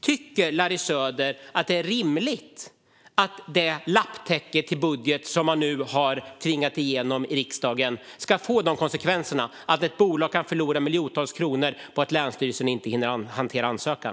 Tycker Larry Söder att det är rimligt att det lapptäcke till budget som man nu har tvingat igenom i riksdagen kan få den konsekvensen - att ett bolag kan förlora miljontals kronor på att länsstyrelsen inte hinner hantera ansökan?